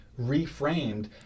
reframed